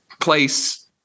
place